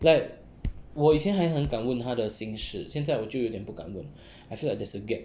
like 我以前还敢问他的心事现在我就有一点不敢问 I feel like there's a gap